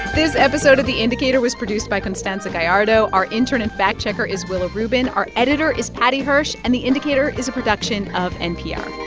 this episode of the indicator was produced by constanza gollardo. our intern and fact-checker is willa rubin. our editor is paddy hirsch. and the indicator is a production of npr